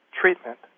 treatment